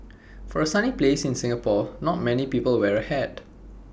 for A sunny place in Singapore not many people wear A hat